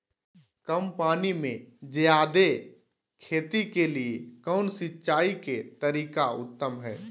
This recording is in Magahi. कम पानी में जयादे खेती के लिए कौन सिंचाई के तरीका उत्तम है?